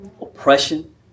oppression